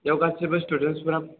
बेयाव गासैबो स्टुडेन्सफोरा